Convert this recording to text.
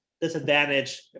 disadvantage